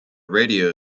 radio